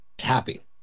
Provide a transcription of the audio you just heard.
happy